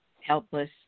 helpless